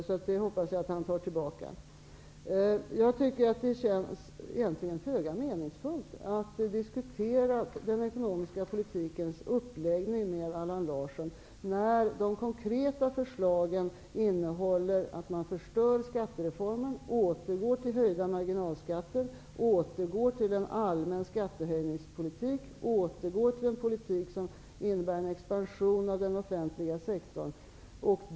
Jag hoppas att Allan Larsson tar tillbaka det. Det känns föga meningsfullt att diskutera den ekonominska politikens uppläggning med Allan Larsson när hans konkreta förslag innebär att man förstör skattereformen och att man återgår till höjda marginalskatter, allmän skattehöjningspolitik och till en politik som innebär en expansion av den offentliga sektorn.